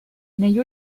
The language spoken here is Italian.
negli